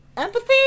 empathy